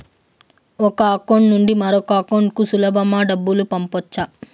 ఒక అకౌంట్ నుండి మరొక అకౌంట్ కు సులభమా డబ్బులు పంపొచ్చా